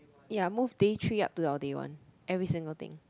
ya move day three up to our day one every single thing